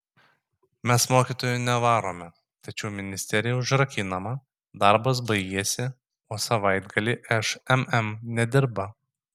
mes mokytojų nevarome tačiau ministerija užrakinama darbas baigėsi o savaitgalį šmm nedirba